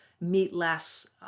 meatless